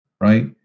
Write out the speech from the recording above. Right